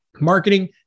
marketing